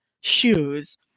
shoes